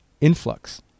influx